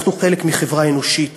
אנחנו חלק מחברה אנושית,